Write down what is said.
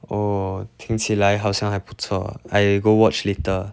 oh 听起来好像还不错 I go watch later